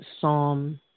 Psalm